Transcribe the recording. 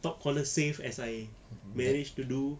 top collar safe as I managed to do